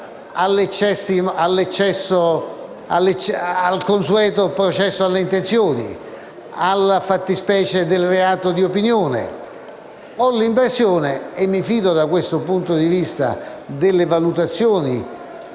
si dia vita al consueto processo alle intenzioni, alla fattispecie del reato di opinione. Ho l'impressione - e mi fido, da questo punto di vista, delle valutazioni